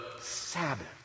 Sabbath